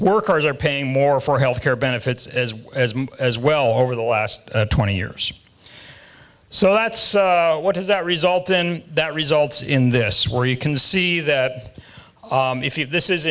workers are paying more for health care benefits as well as as well over the last twenty years so that's what does that result in that results in this where you can see that if you this is